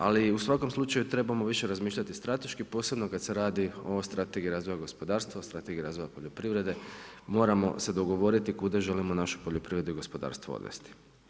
Ali u svakom slučaju trebamo više razmišljati strateški, posebno kad se radi o strategiji razvoja gospodarstva, strategiji razvoja poljoprivrede, moramo se dogovoriti kuda želimo našu poljoprivredu i gospodarstvo odvesti.